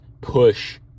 push